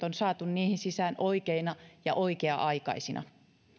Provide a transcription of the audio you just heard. on saatu niihin sisään oikeina ja oikea aikaisina